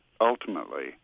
ultimately